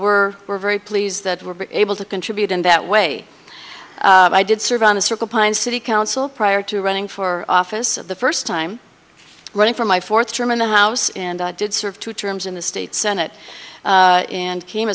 so we're very pleased that we're able to contribute in that way i did serve on the circle pine city council prior to running for office of the first time running for my fourth term in the house and i did serve two terms in the state senate and came